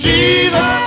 Jesus